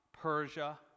Persia